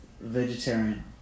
vegetarian